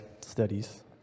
studies